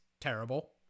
terrible